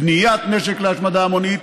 בניית נשק להשמדה המונית,